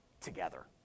together